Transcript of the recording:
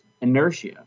inertia